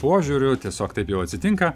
požiūriu tiesiog taip jau atsitinka